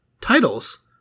titles